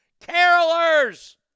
Carolers